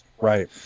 Right